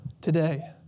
today